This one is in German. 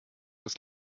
des